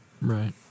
Right